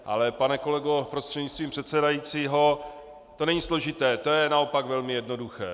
Ale pane kolego prostřednictvím předsedajícího, to není složité, to je naopak velmi jednoduché.